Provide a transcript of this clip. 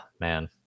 man